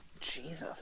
Jesus